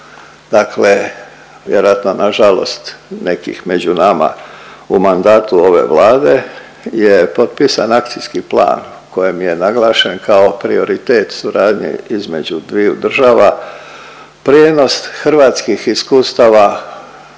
dakle vjerojatno nažalost nekih među nama, u mandatu ove Vlade je potpisan akcijski plan u kojem je naglašen kao prioritet suradnje između dviju država prijenos hrvatskih iskustava